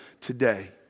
today